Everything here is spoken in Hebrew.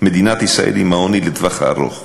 מדינת ישראל עם העוני לטווח הארוך,